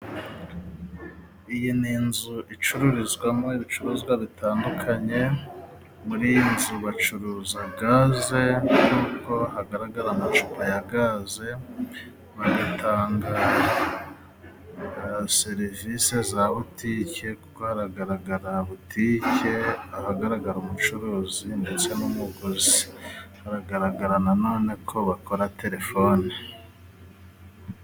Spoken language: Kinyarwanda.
Iyi ni inzu icururizwamo ibicuruzwa bitandukanye, muri iyi nzu bacuruza Gaze, kuko hagaragara amacupa ya gaze, bagatanga serivisi za butike, kuko haragaragara butike, haragaragara umucuruzi ndetse n'umuguzi, haragaragara nanone ko bakora telefone.